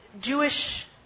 Jewish